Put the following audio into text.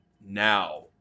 now